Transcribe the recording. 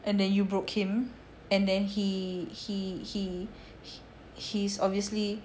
and then you broke him and then he he he he's obviously